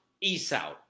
Esau